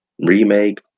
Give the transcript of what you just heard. remake